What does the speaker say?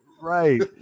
Right